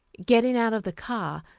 getting out of the car,